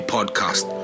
Podcast